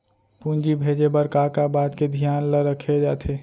पूंजी भेजे बर का का बात के धियान ल रखे जाथे?